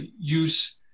use